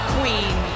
Queen